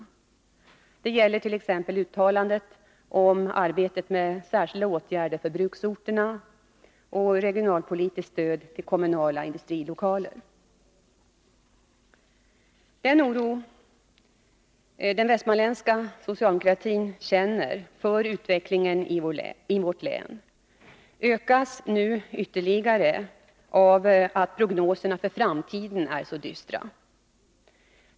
Det gäller t.ex. uttalandet om arbete med särskilda åtgärder för bruksorterna och regionalpolitiskt stöd till kommunala industrilokaler. Den oro den västmanländska socialdemokratin känner för utvecklingen i vårt land ökas nu ytterligare av att prognoserna för framtiden är så dystra.